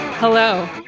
Hello